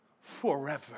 Forever